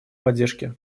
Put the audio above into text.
поддержки